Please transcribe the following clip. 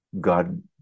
God